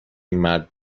مرد